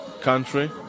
country